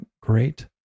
great